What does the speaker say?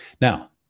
Now